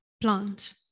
plant